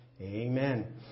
Amen